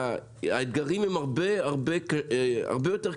האתגרים הם הרבה יותר קשים,